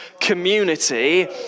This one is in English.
community